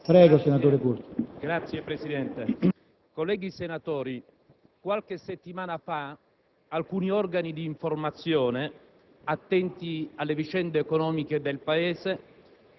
Signor Presidente, colleghi senatori, qualche settimana fa alcuni organi di informazione attenti alle vicende economiche del Paese